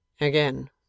again